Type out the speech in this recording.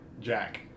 Jack